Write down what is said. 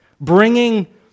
Bringing